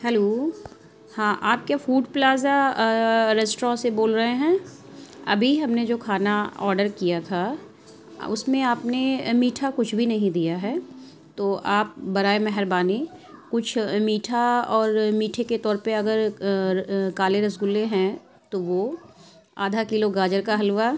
hello ہاں آپ کیا فوڈ پلازا ریسٹوراں سے بول رہے ہیں ابھی ہم نے جو کھانا آڈر کیا تھا اس میں آپ نے میٹھا کچھ بھی نہیں دیا ہے تو آپ برائے مہربانی کچھ میٹھا اور میٹھے کے طور پہ اگر کالے رس گلے ہیں تو وہ آدھا کلو گاجر کا حلوہ